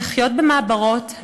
לחיות במעברות,